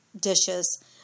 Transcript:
dishes